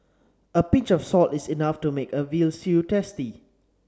a pinch of salt is enough to make a veal stew tasty